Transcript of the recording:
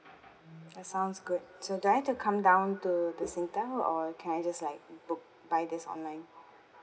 that sounds good so do I've to come down to to Singtel or can I just like book by this online